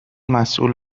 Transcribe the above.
مسوول